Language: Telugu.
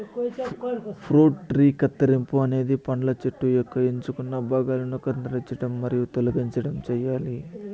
ఫ్రూట్ ట్రీ కత్తిరింపు అనేది పండ్ల చెట్టు యొక్క ఎంచుకున్న భాగాలను కత్తిరించడం మరియు తొలగించడం చేయాలి